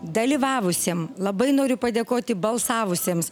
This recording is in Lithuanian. dalyvavusiem labai noriu padėkoti balsavusiems